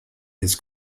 his